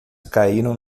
caíram